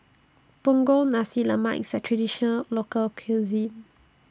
Punggol Nasi Lemak IS A Traditional Local Cuisine